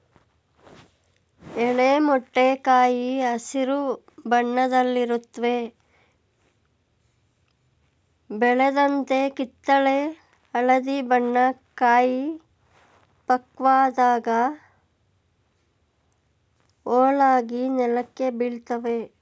ಎಳೆ ಮೊಟ್ಟೆ ಕಾಯಿ ಹಸಿರು ಬಣ್ಣದಲ್ಲಿರುತ್ವೆ ಬೆಳೆದಂತೆ ಕಿತ್ತಳೆ ಹಳದಿ ಬಣ್ಣ ಕಾಯಿ ಪಕ್ವವಾದಾಗ ಹೋಳಾಗಿ ನೆಲಕ್ಕೆ ಬೀಳ್ತವೆ